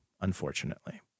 unfortunately